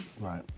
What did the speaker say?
right